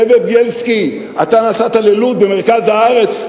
זאביק בילסקי, אתה נסעת ללוד במרכז הארץ.